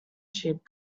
cheap